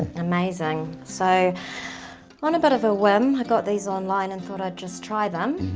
amazing. so on a bit of a whim i got these online and thought i'd just try them.